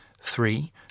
three